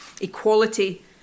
equality